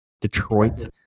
Detroit